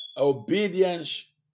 obedience